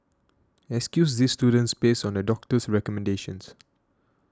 excuse these students based on a doctor's recommendations